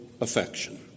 affection